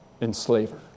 enslaver